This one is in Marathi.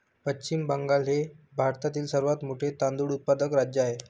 पश्चिम बंगाल हे भारतातील सर्वात मोठे तांदूळ उत्पादक राज्य आहे